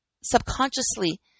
subconsciously